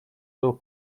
był